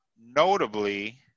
notably